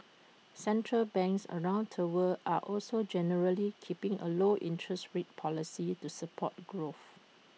central banks around the world are also generally keeping A low interest rate policy to support growth